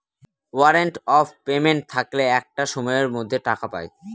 warrant of payment থাকলে একটা সময়ের মধ্যে টাকা পায়